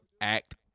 Act